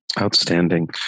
Outstanding